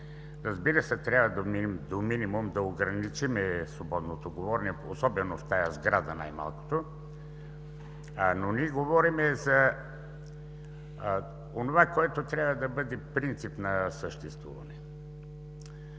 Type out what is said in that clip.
Разбира се, трябва до минимум да ограничим свободното говорене, особено в тази сграда, но ние говорим за онова, което трябва да бъде принцип на съществуване,